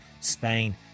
Spain